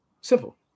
simple